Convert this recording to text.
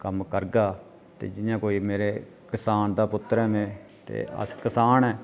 कम्म करगा ते जि'यां कोई मेरे किसान दा पुत्तर आं में ते अस कसान ऐं